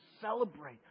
celebrate